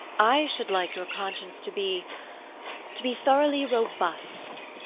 i should like your conscience to be to be thoroughly robust.